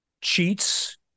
cheats